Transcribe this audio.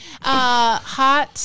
Hot